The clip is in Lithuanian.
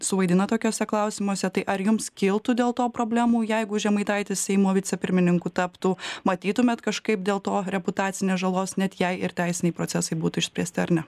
suvaidina tokiuose klausimuose tai ar jums kiltų dėl to problemų jeigu žemaitaitis seimo vicepirmininku taptų matytumėt kažkaip dėl to reputacinės žalos net jei ir teisiniai procesai būtų išspręsti ar ne